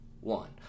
one